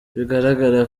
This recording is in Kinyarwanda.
biragaragara